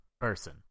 person